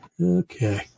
Okay